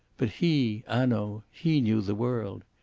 but he hanaud he knew the world.